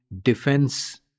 defense